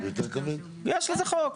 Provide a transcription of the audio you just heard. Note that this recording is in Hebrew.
יש לזה חוק.